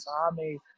Army